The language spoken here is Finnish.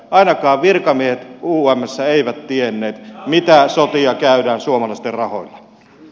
ainakaan virkamiehet umssä eivät tienneet mitä sotia käydään suomalaisten rahoilla